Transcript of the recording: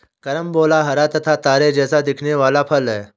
carambola हरा तथा तारे जैसा दिखने वाला फल है